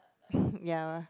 ya